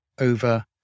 over